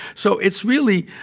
so it's really,